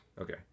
okay